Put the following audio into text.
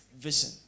vision